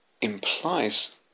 implies